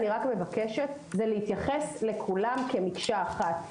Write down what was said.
אני מבקשת להתייחס לכולם כמקשה אחת.